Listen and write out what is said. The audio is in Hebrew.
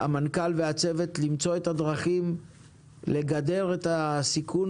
המנכ"ל והצוות למצוא את הדרכים לגדר את הסיכון